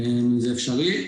תודה רבה.